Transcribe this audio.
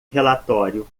relatório